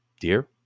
Dear